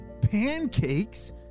pancakes